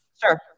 Sure